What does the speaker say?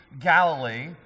Galilee